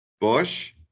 Bush